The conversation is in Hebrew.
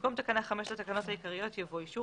במקום תקנה 5 לתקנות העיקריות יבוא "אישור